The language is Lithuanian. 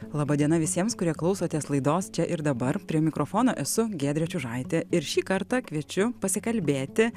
laba diena visiems kurie klausotės laidos čia ir dabar prie mikrofono esu giedrė čiužaitė ir šį kartą kviečiu pasikalbėti